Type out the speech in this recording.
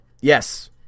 Yes